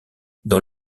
dans